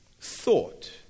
thought